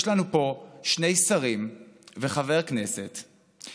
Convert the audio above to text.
יש לנו פה שני שרים וחבר כנסת,